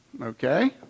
Okay